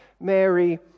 Mary